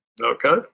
Okay